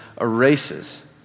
erases